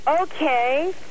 Okay